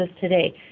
today